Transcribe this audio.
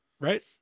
right